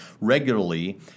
regularly